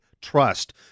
trust